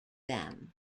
them